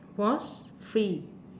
was free